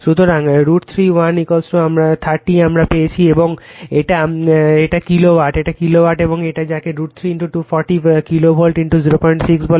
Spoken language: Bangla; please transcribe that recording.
সুতরাং √ 1 30 আমরা পেয়েছি এবং এটা কিলোওয়াট এটি কিলোওয়াটে এবং এটি যাকে √ 3 240 কিলোভোল্ট 06 বলে